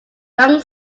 young